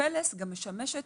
פל"ס משמשת